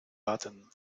button